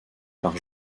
par